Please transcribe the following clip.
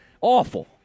Awful